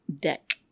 deck